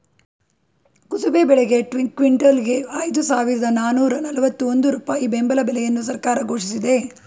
ಕುಸುಬೆ ಬೆಳೆಗೆ ಕ್ವಿಂಟಲ್ಗೆ ಐದು ಸಾವಿರದ ನಾನೂರ ನಲ್ವತ್ತ ಒಂದು ರೂಪಾಯಿ ಬೆಂಬಲ ಬೆಲೆಯನ್ನು ಸರ್ಕಾರ ಘೋಷಿಸಿದೆ